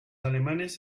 alemanes